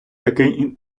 такий